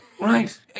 right